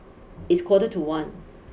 its quarter to one